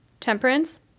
temperance